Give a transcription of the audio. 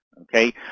Okay